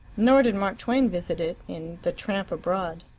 nor did mark twain visit it in the tramp abroad.